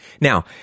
Now